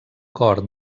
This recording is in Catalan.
cor